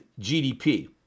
GDP